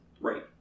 Right